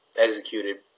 Executed